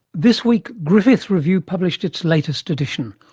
this week griffith review published its latest edition,